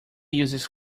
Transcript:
uses